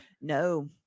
no